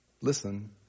listen